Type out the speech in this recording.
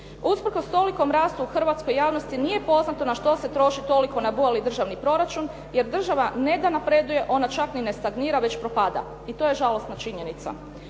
Usprkos tolikom rastu u Hrvatskoj javnosti nije poznato na što se troši toliko na goli državni proračun jer država ne da napreduje, ona čak ni ne stagnira već propada i to je žalosna činjenica.